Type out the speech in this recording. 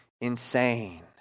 insane